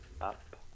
up